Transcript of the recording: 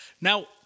Now